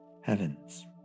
heavens